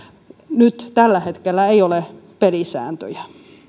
nyt tällä hetkellä ei ole pelisääntöjä